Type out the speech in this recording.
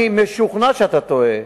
אני משוכנע שאתה טועה,